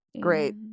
great